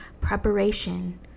preparation